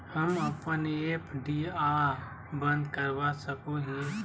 हम अप्पन एफ.डी आ बंद करवा सको हियै